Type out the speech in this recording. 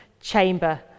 chamber